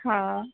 हा